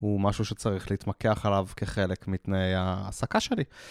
הוא משהו שצריך להתמקח עליו כחלק מתנאי העסקה שלי.